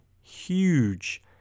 huge